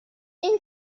این